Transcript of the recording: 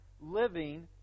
living